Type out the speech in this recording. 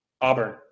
Auburn